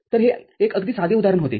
तर हे एक अगदी साधे उदाहरण होते